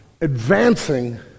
advancing